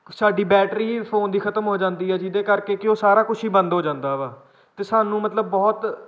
ਸਾਡੀ battery phone ਦੀ ਖ਼ਤਮ ਹੋ ਜਾਂਦੀ ਹੈ ਜਿਹਦੇ ਕਰਕੇ ਕਿ ਉਹ ਸਾਰਾ ਕੁਛ ਹੀ ਬੰਦ ਹੋ ਜਾਂਦਾ ਵਾ ਅਤੇ ਸਾਨੂੰ ਮਤਲਬ ਬਹੁਤ